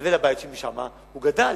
לבית שם הוא גדל,